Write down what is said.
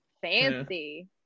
Fancy